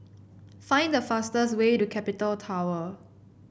find the fastest way to Capital Tower